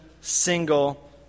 single